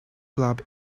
club